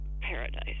paradise